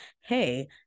hey